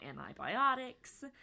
antibiotics